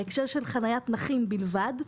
בהקשר של חנית נכים בלבד,